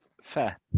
Fair